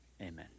amen